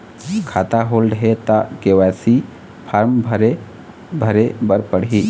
खाता होल्ड हे ता के.वाई.सी फार्म भरे भरे बर पड़ही?